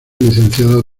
licenciado